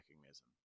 mechanism